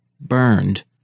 burned